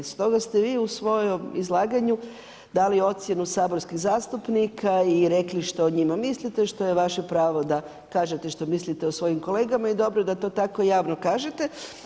Stoga ste vi u svojem izlaganju dali ocjenu saborskih zastupnika i rekli što o njima mislite, što je vaše pravo da kažete što mislite o svojim kolegama i dobro da to tako javno kažete.